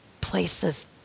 places